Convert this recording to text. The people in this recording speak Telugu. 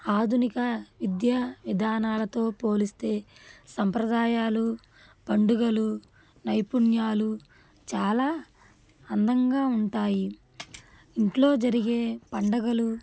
ఆధునిక విద్యా విధానాలతో పోలిస్తే సంప్రదాయాలు పండుగలు నైపుణ్యాలు చాలా అందంగా ఉంటాయి ఇంట్లో జరిగే పండగలు